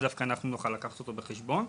דווקא אנחנו נוכל לקחת אותו בחשבון.